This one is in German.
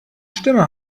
stimme